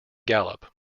gallop